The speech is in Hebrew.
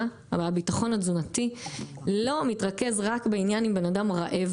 והביטחון התזונתי לא מתרכז רק בעניין אם בנאדם רעב,